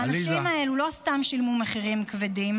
האנשים האלה לא סתם שילמו מחירים כבדים